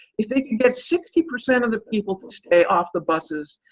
if they get sixty percent of the people to stay off the buses,